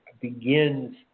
begins